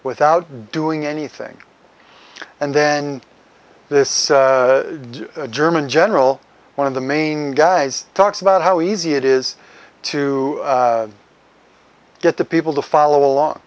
without doing anything and then this german general one of the main guys talks about how easy it is to get the people to follow along